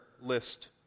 list